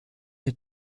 der